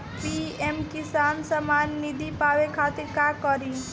PM Kisan Samman Nidhi पावे खातिर का करी?